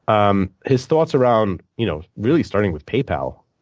um his thoughts around you know really starting with pay pal